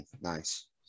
Nice